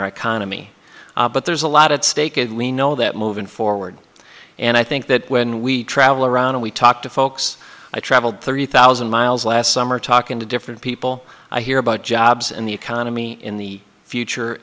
our economy but there's a lot at stake and we know that moving forward and i think that when we travel around and we talk to folks i traveled thirty thousand miles last summer talking to different people i hear about jobs and the economy in the future